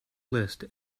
list